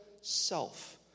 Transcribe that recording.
self